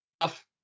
enough